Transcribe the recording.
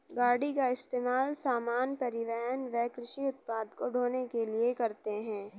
गाड़ी का इस्तेमाल सामान, परिवहन व कृषि उत्पाद को ढ़ोने के लिए करते है